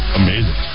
amazing